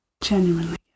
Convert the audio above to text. Genuinely